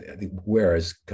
Whereas